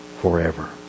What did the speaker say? forever